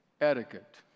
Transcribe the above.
etiquette